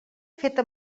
feta